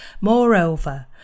Moreover